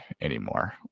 anymore